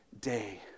day